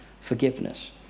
forgiveness